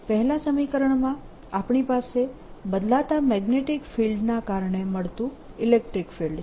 પહેલા સમીકરણમાં આપણી પાસે બદલાતા મેગ્નેટીક ફિલ્ડના કારણે મળતું ઇલેક્ટ્રીક ફિલ્ડ છે